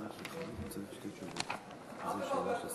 ליצמן, יש כסף תוספת.